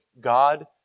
God